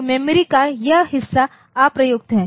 तो मेमोरी का यह हिस्सा अप्रयुक्त है